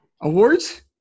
awards